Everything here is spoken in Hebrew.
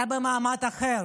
אתה במעמד אחר,